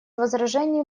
возражений